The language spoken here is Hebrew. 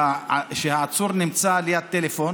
כשהעצור נמצא ליד טלפון